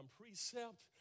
precept